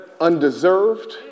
undeserved